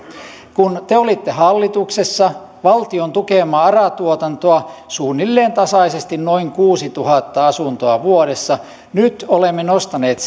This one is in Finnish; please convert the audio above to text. kun te olitte hallituksessa valtion tukemaa ara tuotantoa oli suunnilleen tasaisesti noin kuusituhatta asuntoa vuodessa nyt olemme nostaneet